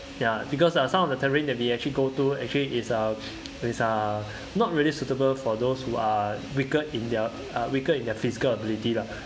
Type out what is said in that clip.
ya because uh some of the terrain that we actually go to actually it's uh it's uh not really suitable for those who are weaker in their weaker in their physical ability lah